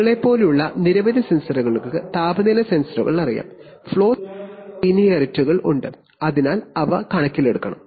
താപനില സെൻസറുകൾക്കും ഫ്ലോ സെൻസറുകൾക്കും non ലീനിയറിറ്റികളുണ്ട് അതിനാൽ അവ കണക്കിലെടുക്കണം